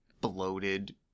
bloated